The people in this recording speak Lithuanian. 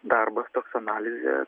darbas toks analizė